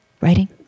writing